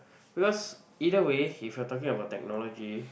because either way if you are talking about technology